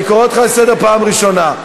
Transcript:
אני קורא אותך לסדר פעם ראשונה.